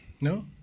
No